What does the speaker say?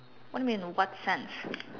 what do you mean in what sense